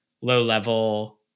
low-level